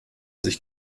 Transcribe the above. sich